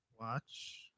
Watch